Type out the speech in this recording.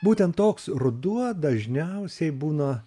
būtent toks ruduo dažniausiai būna